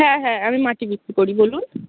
হ্যাঁ হ্যাঁ আমি মাটি বিক্রি করি বলুন